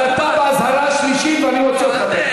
אז אתה באזהרה שלישית ואני אוציא אותך.